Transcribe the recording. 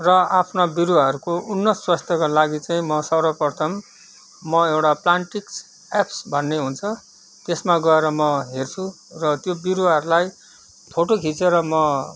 र आफ्ना बिरूवाहरको उन्नत स्वास्थको लागि चाहिँ म सर्वप्रथम म एउटा प्लान्टिक्स एप्स भन्ने हुन्छ त्यसमा गएर म हेर्छु र त्यो बिरुवाहरलाई फोटो खिचेर म